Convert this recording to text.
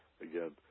again